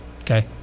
okay